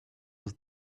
was